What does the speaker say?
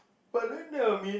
but then that will mean